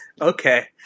okay